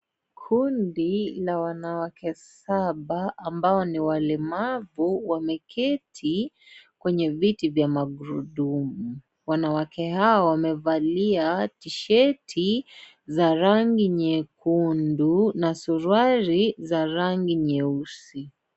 Kundi la wanawake saba ambao ni walemavu, wameketi kwenye viti vya magurudumu wanawake hawa wamevalia tisheti za rangi nyekundu na suruali za rangi nyeusi.